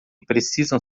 precisam